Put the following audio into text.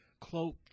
Cloak